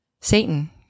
Satan